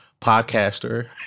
podcaster